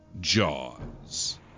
Jaws